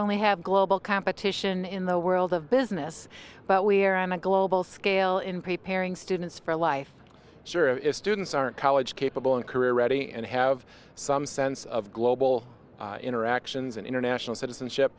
only have global competition in the world of business but we are on a global scale in preparing students for life sure if students aren't college capable and career ready and have some sense of global interactions and international citizenship